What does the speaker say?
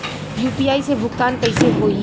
UPI से भुगतान कइसे होहीं?